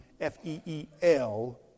F-E-E-L